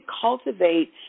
cultivate